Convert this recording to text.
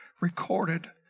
recorded